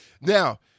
Now